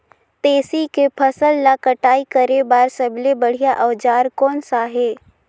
तेसी के फसल ला कटाई करे बार सबले बढ़िया औजार कोन सा हे?